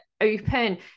open